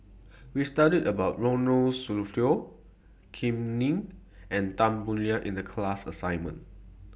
We studied about Ronald Susilo Kam Ning and Tan Boo Liat in The class assignment